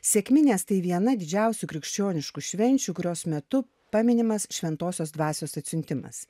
sekminės tai viena didžiausių krikščioniškų švenčių kurios metu paminimas šventosios dvasios atsiuntimas